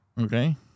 Okay